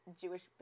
jewish